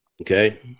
Okay